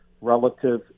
relative